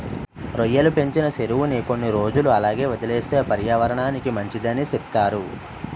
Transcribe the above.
రొయ్యలు పెంచిన సెరువుని కొన్ని రోజులు అలాగే వదిలేస్తే పర్యావరనానికి మంచిదని సెప్తారు